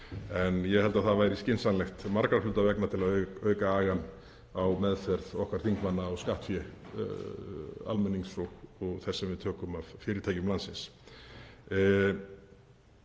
en ég held að það væri skynsamlegt margra hluta vegna til að auka agann á meðferð okkar þingmanna á skattfé almennings og þess sem við tökum af fyrirtækjum landsins.